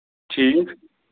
ٹھیٖک